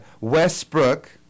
Westbrook